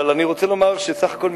אבל אני רוצה לומר שסך הכול,